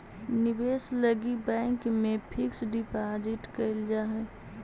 निवेश लगी बैंक में फिक्स डिपाजिट कैल जा हई